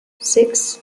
six